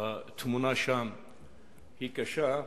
והתמונה שם קשה.